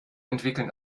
entwickeln